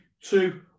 two